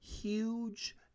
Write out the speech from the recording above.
huge